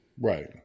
right